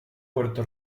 puerto